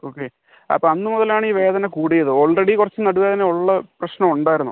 okay അപ്പോൾ അന്ന് മുതലാണ് ഈ വേദന കൂടിയത് ഓൾറെഡി കുറച്ച് നടുവേദന ഉള്ള പ്രശ്നമുണ്ടായിരുന്നു